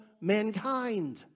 mankind